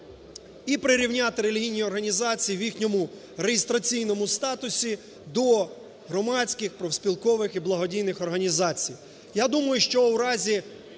І прирівняти релігійні організації в їхньому реєстраційному статусі до громадських, профспілкових і благодійних організацій.